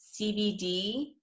CBD